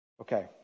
Okay